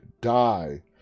die